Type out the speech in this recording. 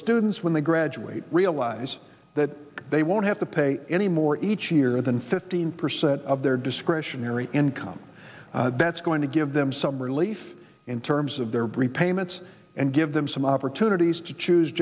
students when they graduate realize that they won't have to pay any more each year than fifteen percent of their discretionary income that's going to give them some relief in terms of their brea payments and give them some opportunities to choose